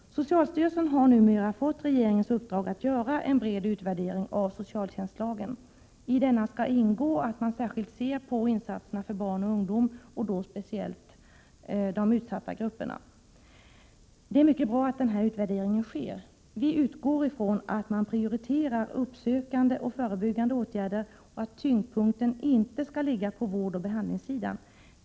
Socialstyrelsen har numera fått regeringens uppdrag att göra en bred utvärdering av socialtjänstlagen. I denna skall ingå att man särskilt ser på insatserna för barn och ungdom och då speciellt de utsatta grupperna. Det är mycket bra att denna utvärdering sker. Vi utgår ifrån att man prioriterar uppsökande och förebyggande åtgärder och att tyngdpunkten inte skall ligga på vårdoch behandlingssidan.